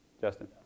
Justin